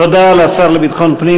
תודה לשר לביטחון הפנים,